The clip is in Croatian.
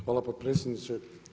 Hvala potpredsjedniče.